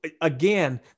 again